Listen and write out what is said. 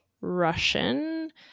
Russian